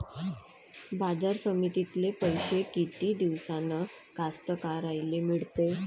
बाजार समितीतले पैशे किती दिवसानं कास्तकाराइले मिळते?